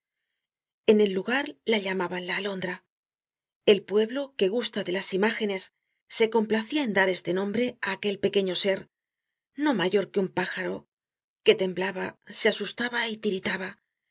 en el lugar la llamaban la alondra el pueblo que gusta de las imágenes se complacia en dar este nombre á aquel pequeño ser no mayor que un pájaro que temblaba se asustaba y tiritaba